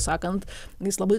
sakant jis labai